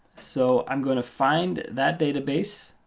so i'm going to find that database.